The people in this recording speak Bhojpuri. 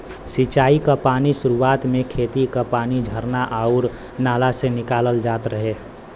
सिंचाई क पानी सुरुवात में खेती क पानी झरना आउर नाला से निकालल जात रहे